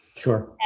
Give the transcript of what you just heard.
Sure